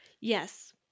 Yes